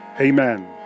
Amen